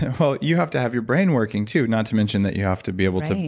and well, you have to have your brain working too, not to mention that you have to be able to